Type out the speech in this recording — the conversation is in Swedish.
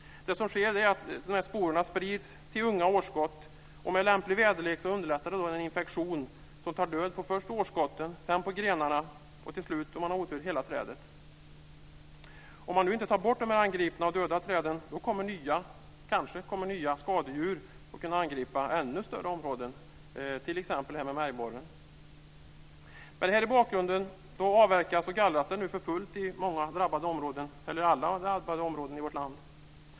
Det som sker är att sporerna sprids till unga årsskott. Med lämplig väderlek underlättas sedan en infektion som tar död på först årsskotten, sedan grenarna och till slut - om man har otur - hela trädet. Om man inte tar bort de angripna och döda träden så kommer kanske nya skadedjur att kunna angripa ännu större områden. Det gäller t.ex. märgborren. Med detta i bakgrunden avverkas och gallras det nu för fullt i alla drabbade områden i vårt land.